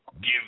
give